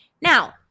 Now